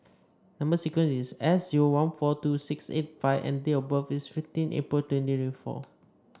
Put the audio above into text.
number sequence is S zero one four two six eight five and date of birth is fifteen April twenty twenty four